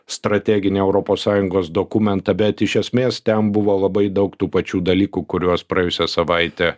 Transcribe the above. strateginį europos sąjungos dokumentą bet iš esmės ten buvo labai daug tų pačių dalykų kuriuos praėjusią savaitę